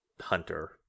hunter